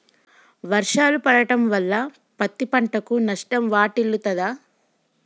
వర్షాలు పడటం వల్ల పత్తి పంటకు నష్టం వాటిల్లుతదా?